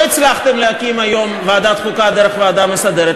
לא הצלחתם להקים היום ועדת חוקה דרך הוועדה המסדרת.